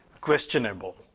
questionable